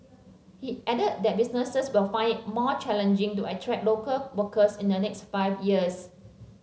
he added that businesses will find it more challenging to attract local workers in the next five years